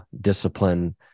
discipline